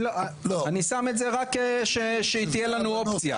אני שם את זה רק שתהיה לנו אופציה.